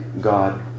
God